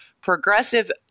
progressive –